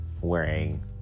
wearing